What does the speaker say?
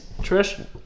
Trish